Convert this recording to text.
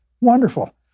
Wonderful